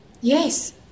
Yes